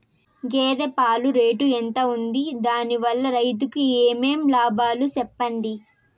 గేదె పాలు రేటు ఎంత వుంది? దాని వల్ల రైతుకు ఏమేం లాభాలు సెప్పండి?